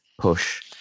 push